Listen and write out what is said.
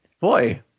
boy